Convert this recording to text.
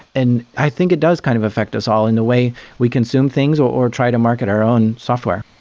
and i think it does kind of affect us all in the way we consume things or or try to market our own software.